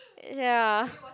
ya